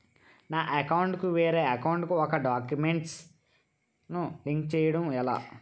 నా అకౌంట్ కు వేరే అకౌంట్ ఒక గడాక్యుమెంట్స్ ను లింక్ చేయడం ఎలా?